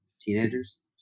teenagers